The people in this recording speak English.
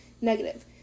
negative